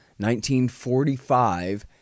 1945